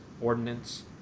ordinance